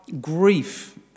grief